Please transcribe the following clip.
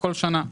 בכל שנה,